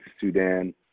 Sudan